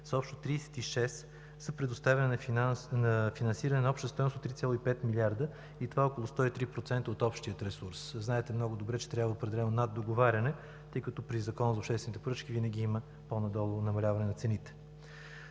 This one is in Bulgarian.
са общо 36 за предоставяне финансиране на обща стойност 3,5 милиарда и това е около 103% от общия ресурс. Знаете много добре, че трябва определено наддоговаряне, тъй като при Закона за обществените поръчки винаги има намаляване на цените.